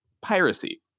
piracy